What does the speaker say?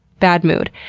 bad mood.